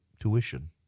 tuition